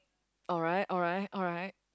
alright alright alright